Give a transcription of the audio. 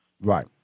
Right